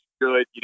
good